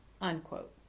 unquote